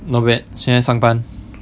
not bad 现在上班